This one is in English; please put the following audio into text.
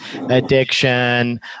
Addiction